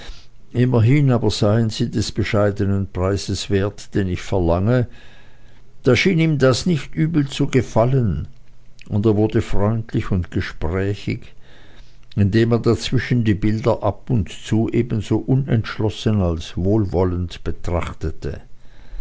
immerhin aber seien sie des bescheidenen preises wert den ich verlange schien ihm das nicht übel zu gefallen und er wurde freundlich und gesprächig indem er dazwischen die bilder ab und zu ebenso unentschlossen als wohlwollend betrachtete